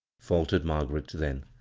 faltered margaret then,